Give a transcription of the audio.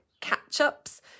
catch-ups